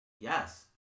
Yes